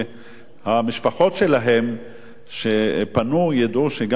כדי שהמשפחות שלהם שפנו ידעו שגם בכנסת